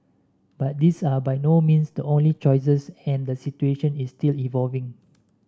but these are by no means the only choices and the situation is still evolving